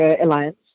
alliance